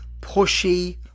pushy